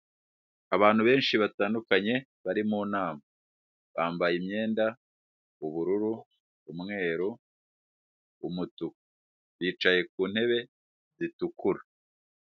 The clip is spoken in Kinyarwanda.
Abantu benshi batandukanye bari mu nama. Bambaye imyenda ubururu, umweru, umutuku bicaye ku ntebe zitukura.